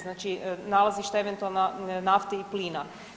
Znači, nalazišta eventualno nafte i plina.